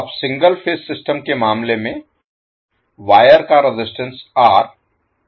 अब single phase system के मामले में वायर का रेजिस्टेंस है